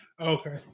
Okay